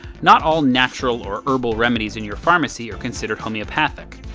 not all natural or herbal remedies in your pharmacy are considered homeopathic.